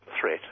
threat